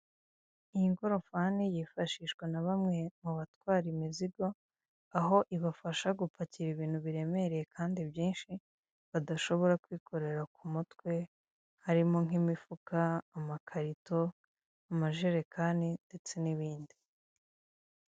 Iyi ngorofani yifashishwa na bamwe mu batwara imizigo, aho ibafasha gupakira ibintu biremereye kandi byinshi badashobora kwikorera ku mutwe harimo nk'imifuka, amakarito amajerekani ndetse n'ibindi.